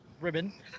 ribbon